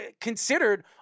considered